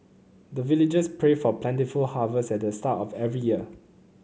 the villagers pray for plentiful harvest at the start of every year